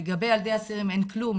לגבי ילדי אסירים אין כלום,